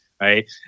right